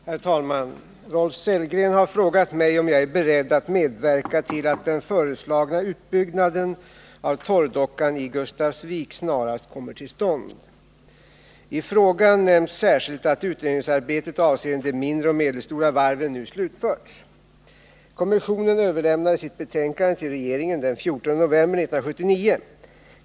Herr talman! Rolf Sellgren har frågat mig om jag är beredd att medverka till att den föreslagna utbyggnaden av torrdockan i Gustafsvik snarast kommer till stånd. I frågan nämns särskilt att utredningsarbetet avseende de mindre och medelstora varven nu slutförts. Kommissionen överlämnade sitt betänkande till regeringen den 14 november 1979.